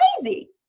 crazy